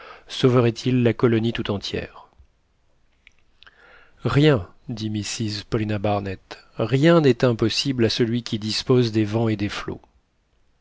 sauverait il la colonie tout entière rien dit mrs paulina barnett rien n'est impossible à celui qui dispose des vents et des flots